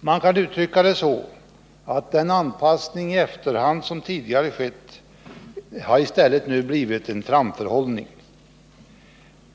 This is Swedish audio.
Man kan uttrycka det så att den anpassning i efterhand som tidigare skett nu i stället blir en framförhållning.